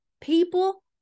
People